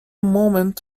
moment